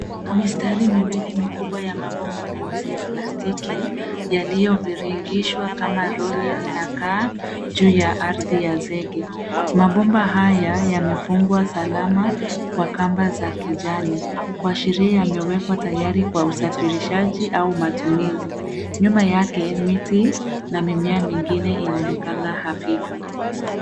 Mistari miwili mikubwa ya mabomba meusi ya plastiki, yaliyoviringishwa kama roli inakaa juu ya ardhi ya zege. Mabomba haya, yamefungwa salama, kwa kamba za kijani. Kuashiria yamewekwa tayari kwa usafirishaji, au matumizi. Nyuma yake, miti na mimea mingine inaonekana hafifu.